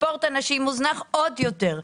ספורט הנשים מוזנח עוד יותר.